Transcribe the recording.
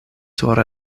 sur